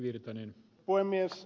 arvoisa puhemies